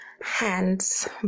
hands